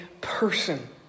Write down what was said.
person